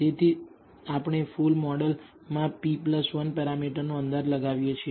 તેથી આપણે ફુલ મોડલમાં p 1 પેરામીટરનો અંદાજ લગાવીએ છીએ